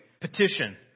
petition